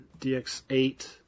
DX8